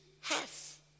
half